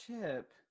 chip